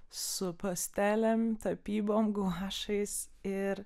su pastelėm tapybom guašais ir